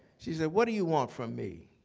she said, what do you want from me?